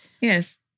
Yes